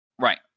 Right